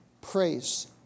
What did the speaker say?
praise